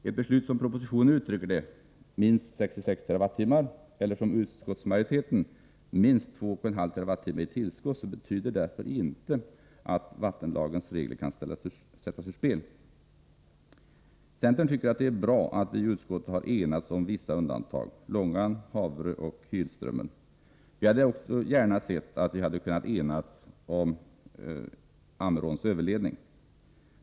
Ett beslut om, såsom propositionen uttrycker det ”minst 66 TWh” eller, som utskottsmajoriteten formulerar det, ”minst 2,5 TWh i tillskott”, betyder därför inte att vattenlagens regler kan sättas ur spel. Centern tycker att det är bra att vi i utskottet har enats om vissa undantag — Långan, Haverö och Hylströmmen. Vi hade också gärna sett att vi hade kunnat enas om Ammeråns överledning.